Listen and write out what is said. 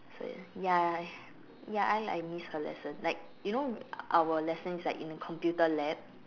so ya ya I I miss her lesson like you know our lesson is like in a computer lab